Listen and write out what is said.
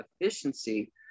efficiency